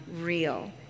real